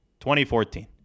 2014